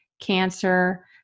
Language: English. Cancer